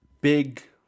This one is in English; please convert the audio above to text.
big